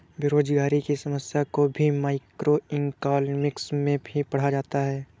बेरोजगारी की समस्या को भी मैक्रोइकॉनॉमिक्स में ही पढ़ा जाता है